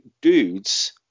dudes